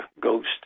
ghost